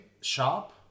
sharp